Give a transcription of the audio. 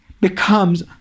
becomes